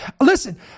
Listen